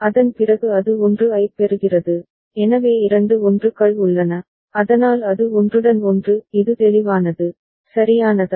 அதன் பிறகு அது 1 ஐப் பெறுகிறது எனவே இரண்டு 1 கள் உள்ளன அதனால் அது ஒன்றுடன் ஒன்று இது தெளிவானது சரியானதா